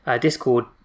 Discord